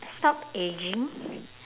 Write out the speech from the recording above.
stop aging